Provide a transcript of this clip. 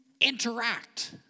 interact